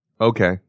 Okay